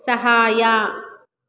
ಸಹಾಯ